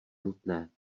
nutné